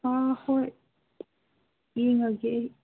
ꯍꯣꯏ ꯌꯦꯡꯉꯒꯦ ꯑꯩ